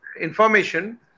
information